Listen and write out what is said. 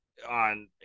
On